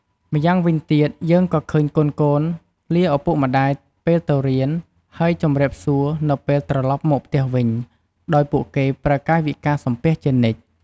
ម្យ៉ាងវិញទៀត យើងក៏ឃើញកូនៗលាឪពុកម្ដាយពេលទៅរៀន ហើយជំរាបសួរនៅពេលត្រឡប់មកផ្ទះវិញ ដោយពួកគេប្រើកាយវិការសំពះជានិច្ច។